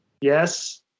Yes